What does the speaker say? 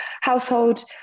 household